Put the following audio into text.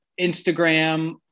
Instagram